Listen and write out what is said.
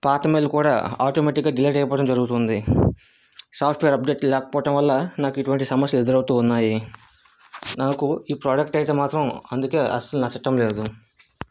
పాత మెయిల్ కూడా ఆటోమేటిక్ గా డిలీట్ అయిపోవడం జరుగుతుంది సాఫ్ట్వేర్ అప్డేట్ లేకపోవడం వల్ల నాకు ఇటువంటి సమస్యలు ఎదురవుతూ ఉన్నాయి నాకు ఈ ప్రోడక్ట్ అయితే మాత్రం అందుకే అస్సలు నచ్చటం లేదు